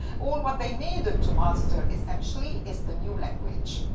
all what they needed to master essentially is the new language,